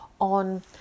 on